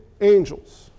angels